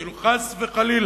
כאילו חס וחלילה,